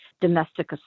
domestic